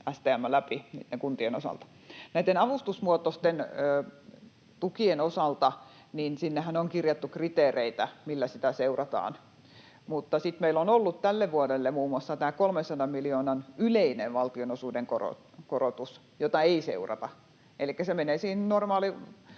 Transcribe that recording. STM läpi kuntien osalta. Näitten avustusmuotoisten tukien osalta sinnehän on kirjattu kriteereitä, millä niitä seurataan. Mutta sitten meillä on ollut tälle vuodelle muun muassa 300 miljoonan yleinen valtionosuuden korotus, jota ei seurata. Elikkä se menee normaalina